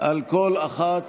על כל אחת